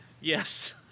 Yes